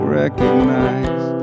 recognize